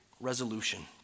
resolution